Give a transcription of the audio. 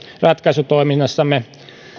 ratkaisutoiminnassamme